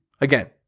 Again